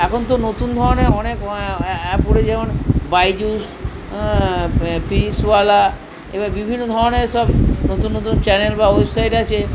এখন তো নতুন ধরনের অনেক অ্যাপ উঠেছে যেমন বাইজুস ফিজিক্স ওয়ালা এবার বিভিন্ন ধরনের সব নতুন নতুন চ্যানেল বা ওয়েবসাইট আছে